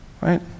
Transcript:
right